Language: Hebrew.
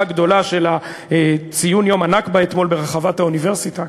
הגדולה של ציון יום הנכבה אתמול ברחבת האוניברסיטה,